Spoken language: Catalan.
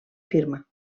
firma